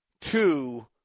two